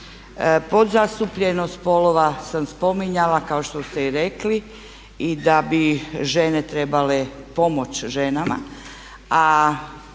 Pod zastupljenost spolova sam spominjala kao što ste i rekli i da bi žene trebale pomoći ženama